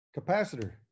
capacitor